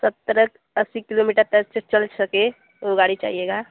सत्तर अस्सी किलोमीटर तक चल सके वो गाड़ी चाहिएगा